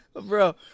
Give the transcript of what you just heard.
Bro